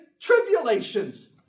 tribulations